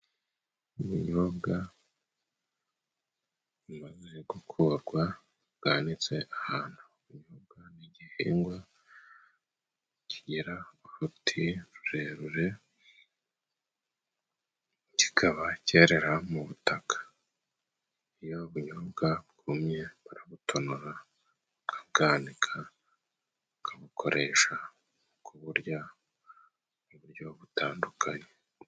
Ibinyobwa bimaze gukurwa bwanitse ahantu. Ubunyobwa ni igihingwa kigira uruti rurerure. Kikaba cyerera mu butaka. Iyo ubunyobwa bwumye, barabutonora, bakabwanika bakabukoresha mu kuburya mu buryo butandukanye.